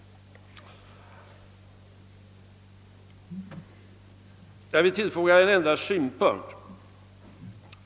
Jag vill tillfoga ännu en synpunkt.